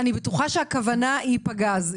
אני בטוחה שהכוונה פגז,